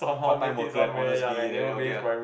part time worker and Honestbee then okay lah